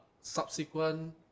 subsequent